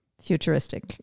futuristic